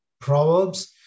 Proverbs